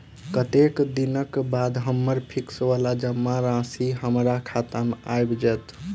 कत्तेक दिनक बाद हम्मर फिक्स वला राशि हमरा खाता मे आबि जैत?